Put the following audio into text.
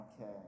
okay